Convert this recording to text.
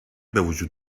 بوجود